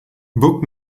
book